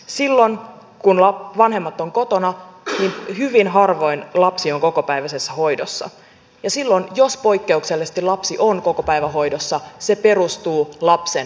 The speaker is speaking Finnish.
silloin kun vanhemmat ovat kotona hyvin harvoin lapsi on kokopäiväisessä hoidossa ja silloin jos poikkeuksellisesti lapsi on kokopäivähoidossa se perustuu lapsen etuun